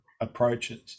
approaches